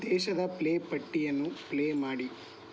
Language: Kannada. ದೇಶದ ಪ್ಲೇ ಪಟ್ಟಿಯನ್ನು ಪ್ಲೇ ಮಾಡಿ